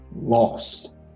lost